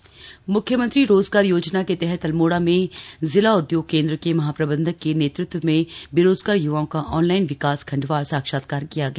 रोजगार योजना आवेदन मुख्यमंत्री रोजगार योजना के तहत अल्मोड़ा में जिला उद्योग केंद्र के महाप्रबंधक के नेतृत्व में बेरोजगार य्वाओं का ऑनलाइन विकासखण्डवार साक्षात्कार लिया गया